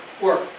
work